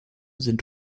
sind